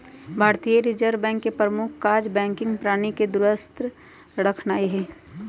भारतीय reserve bank के प्रमुख काज़ बैंकिंग प्रणाली के दुरुस्त रखनाइ हइ